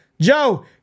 Joe